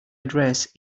address